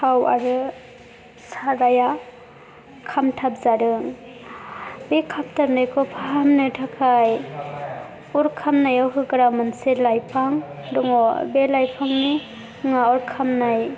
थाव आरो सारायआ खामथाबजादों बे खामथाबनायखौ फाहामनो थाखाय अर खामनायाव होग्रा मोनसे लाइफां दङ बे लाइफांनि मुङा अर खामनाय